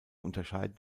unterscheiden